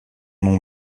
nom